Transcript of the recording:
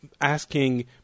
asking